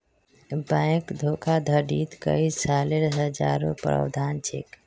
bank धोखाधडीत कई सालेर सज़ारो प्रावधान छेक